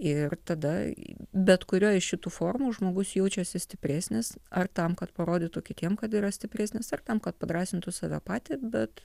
ir tada bet kurioj iš šitų formų žmogus jaučiasi stipresnis ar tam kad parodytų kitiem kad yra stipresnis ar tam kad padrąsintų save patį bet